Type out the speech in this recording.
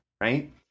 right